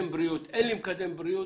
אין לי מקדם בריאות.